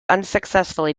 unsuccessfully